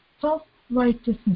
self-righteousness